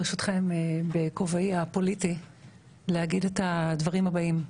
בכובעי הפוליטי אני רוצה לומר: